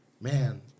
Man